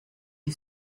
you